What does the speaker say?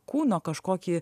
kūno kažkokį